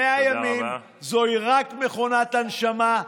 100 ימים זוהי רק מכונת הנשמה,